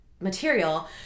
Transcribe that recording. material